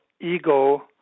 ego